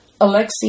Alexei